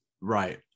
right